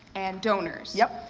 and donors. yep.